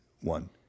one